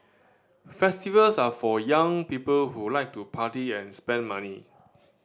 festivals are for young people who like to party and spend money